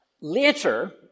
Later